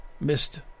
missed